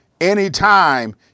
anytime